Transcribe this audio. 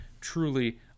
truly